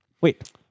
wait